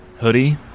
Hoodie